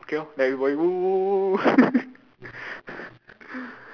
okay lor then everybody !woo!